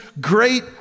great